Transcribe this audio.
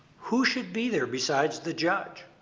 who should be there besides the judge?